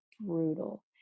brutal